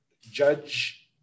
judge